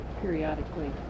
periodically